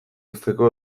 uzteko